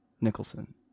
Nicholson